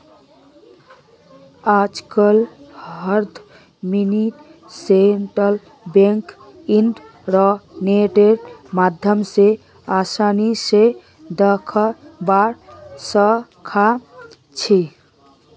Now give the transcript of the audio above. आजकल दस mini statement इन्टरनेटेर माध्यम स आसानी स दखवा सखा छी